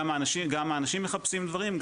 גם האנשים מחפשים דברים,